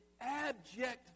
abject